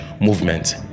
movement